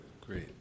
Great